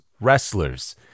wrestlers